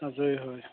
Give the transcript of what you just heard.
আজৰি হয়